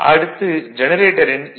அடுத்து ஜெனரேட்டரின் ஈ